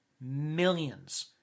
millions